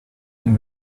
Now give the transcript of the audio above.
and